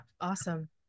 Awesome